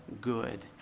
good